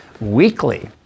weekly